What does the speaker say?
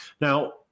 Now